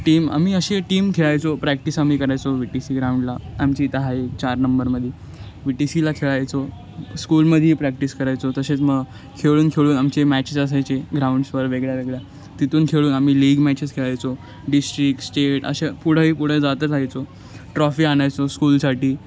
team आम्ही अशी team खेळायचो प्रॅक्टिस आम्ही करायचो बी टी सी ग्राउंडला आमची इथं आहे एक चार नंबरमध्ये बी टी सीला खेळायचो स्कूलमध्ये ही प्रॅक्टिस करायचो तसेच मग खेळून खेळून आमचे मॅचेस असायचे ग्राउंड्सवर वेगळ्या वेगळ्या तिथून खेळून आम्ही लीग मॅचेस खेळायचो डिस्ट्रिक्ट स्टेट असे पुढंही पुढं जातच रहायचो ट्रॉफी आणायचो स्कूलसाठी